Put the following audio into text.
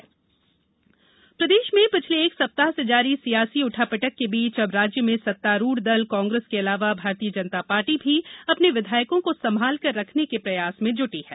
राजनीतिक हलचल प्रदेश में पिछले एक सप्ताह से जारी सियासी उठापटक के बीच अब राज्य में सत्तारूढ़ दल कांग्रेस के अलावा भारतीय जनता पार्टी भी अपने विधायकों को संभालकर रखने के प्रयास में जटी हैं